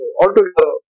altogether